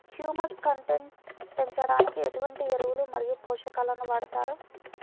Humus content పెంచడానికి ఎటువంటి ఎరువులు మరియు పోషకాలను వాడతారు?